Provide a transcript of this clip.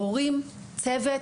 הורים צוות,